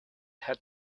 had